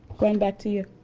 gwen back to you.